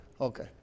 Okay